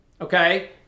okay